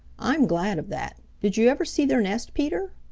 i'm glad of that. did you ever see their nest, peter?